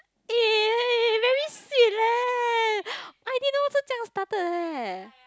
eh very sweet leh i didn't know 是这样 started leh